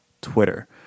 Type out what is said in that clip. Twitter